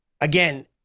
again